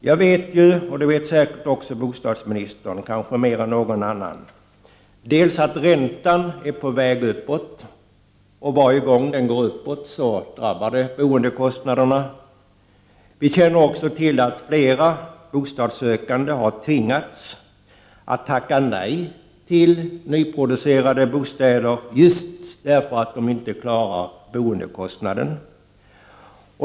Jag vet — det vet säkert också bostadsministern, kanske bättre än någon annan — att räntan är på väg uppåt, och att varje gång den stiger uppåt drabbar det boendekostnaderna. Vi känner också till att flera bostadssökande har tvingats tacka nej till nyproducerade bostäder eftersom de inte klarar boendekostnaden.